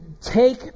take